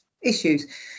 issues